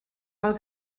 pel